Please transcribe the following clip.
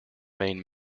main